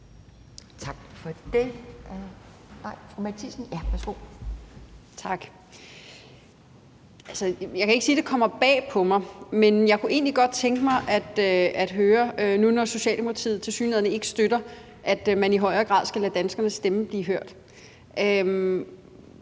11:41 Mette Thiesen (NB): Tak. Jeg kan ikke sige, at det kommer bag på mig, men jeg kunne egentlig godt tænke mig at høre noget nu, når Socialdemokratiet tilsyneladende ikke støtter, at man i højere grad skal lade danskernes stemme blive hørt.